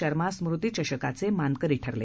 शर्मा स्मृतिचषकाचे मानकरी ठरले